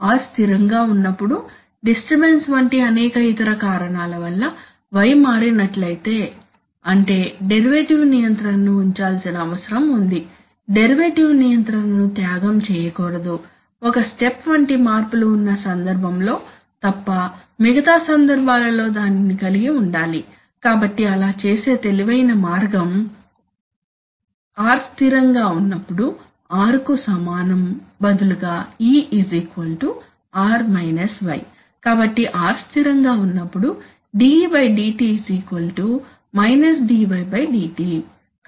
r స్థిరంగా ఉన్నప్పుడు disturbance వంటి అనేక ఇతర కారణాల వల్ల y మారినట్లయితే అంటే డెరివేటివ్ నియంత్రణను ఉంచాల్సిన అవసరం ఉంది డెరివేటివ్ నియంత్రణను త్యాగం చేయకూడదు ఒక స్టెప్ వంటి మార్పులు ఉన్న సందర్భం లో తప్ప మిగతా సందర్భాలలో దానిని కలిగి ఉండాలి కాబట్టి అలా చేసే తెలివైన మార్గం r స్థిరంగా ఉన్నప్పుడు r కు సమానం బదులుగా e r y కాబట్టి r స్థిరంగా ఉన్నప్పుడు de dt dy dt